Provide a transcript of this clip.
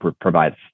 provides